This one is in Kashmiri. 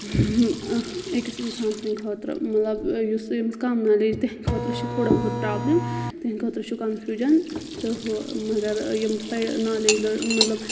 أکِس اِنسان سٕنٛدِ خٲطرٕ مطلب یُس ییٚمِس کَم نالیج تِہنٛدِ خٲطرٕ چھُ تھوڑا بہت پرابلِم تِہِنٛدِ خٲطرٕ چھُ کَنفیوٗجَن تہٕ ہُہ مگر یِم پرِ نالیج مطلب